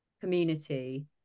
community